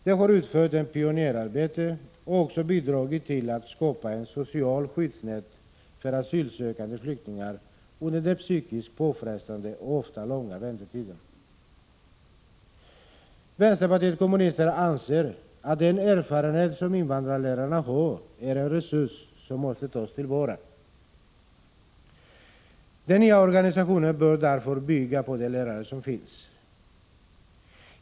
De har utfört ett pionjärarbete och även bidragit till att skapa ett socialt skyddsnät för asylsökande flyktingar under de psykiskt påfrestande och ofta långa väntetiderna. Vii vänsterpartiet kommunisterna anser att den erfarenhet som invandrarlärarna har är en resurs som måste tas till vara. Den nya organisationen bör därför vara uppbyggd på grundval av de lärare som finns.